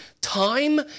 time